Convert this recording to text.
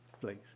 please